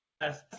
Yes